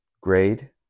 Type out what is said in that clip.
grade